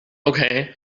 okay